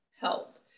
health